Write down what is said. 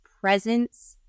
presence